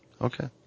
Okay